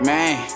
Man